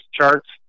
charts